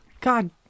God